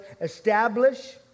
establish